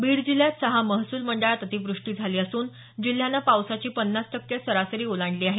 बीड जिल्ह्यात सहा महसूल मंडळात अतिवृष्टी झाली असून जिल्ह्याने पावसाची पन्नास टक्के सरासरी ओलांडली आहे